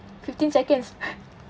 fifteen seconds